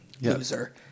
Loser